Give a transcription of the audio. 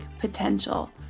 potential